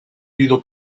viudo